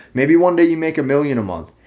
maybe one day you make a million a month,